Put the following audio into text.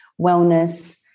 wellness